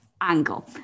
angle